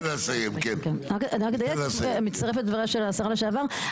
אני מצטרפת לדבריה של השרה לשעבר,